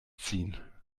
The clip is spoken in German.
ziehen